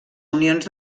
unions